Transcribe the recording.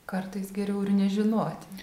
kartais geriau ir nežinoti